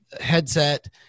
headset